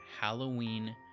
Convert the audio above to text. Halloween